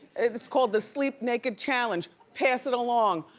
it's called the sleep naked challenge. pass it along.